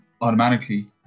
automatically